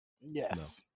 Yes